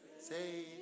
Say